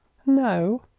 no.